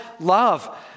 love